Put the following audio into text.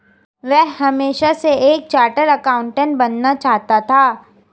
वह हमेशा से एक चार्टर्ड एकाउंटेंट बनना चाहता था